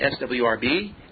swrb